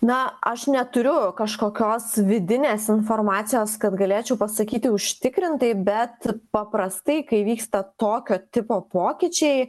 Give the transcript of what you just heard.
na aš neturiu kažkokios vidinės informacijos kad galėčiau pasakyti užtikrintai bet paprastai kai vyksta tokio tipo pokyčiai